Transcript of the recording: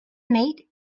mate